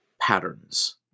patterns